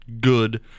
good